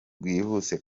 bwihuse